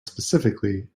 specifically